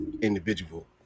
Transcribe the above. individual